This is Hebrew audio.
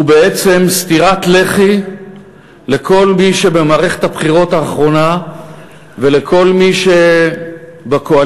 הוא בעצם סטירת לחי לכל מי שבמערכת הבחירות האחרונה ולכל מי שבקואליציה